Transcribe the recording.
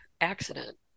accident